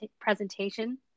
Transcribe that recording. presentation